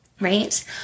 right